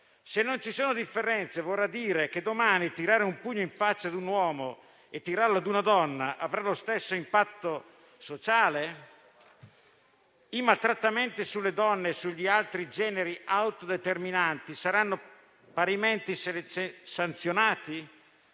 Se non ci sono differenze, vorrà dire che domani tirare un pugno in faccia a un uomo o a una donna avrà lo stesso impatto sociale? I maltrattamenti sulle donne e sugli altri generi autodeterminanti saranno parimenti sanzionati?